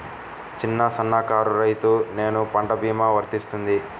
చిన్న సన్న కారు రైతును నేను ఈ పంట భీమా వర్తిస్తుంది?